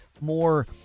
more